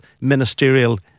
ministerial